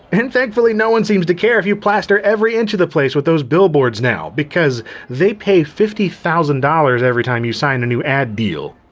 and thankfully, no one seems to care if you plaster every inch of the place with those billboards now, because they pay fifty thousand dollars every time you sign a new ad deal.